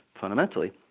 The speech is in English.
fundamentally